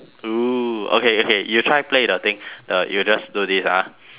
oo okay okay you try play with the thing the you just do this ah